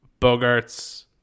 Bogarts